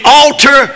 altar